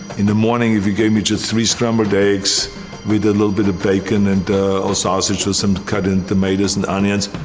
in the morning, if you gave me just three scrambled eggs with a little bit of bacon and or sausage with some cut in tomatoes and onions,